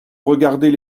regarder